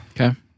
Okay